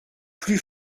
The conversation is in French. plus